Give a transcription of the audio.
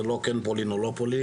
זה לא כן פולין או לא פולין,